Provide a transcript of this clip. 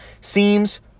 Seems